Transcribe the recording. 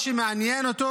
מה שמעניין אותו